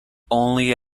only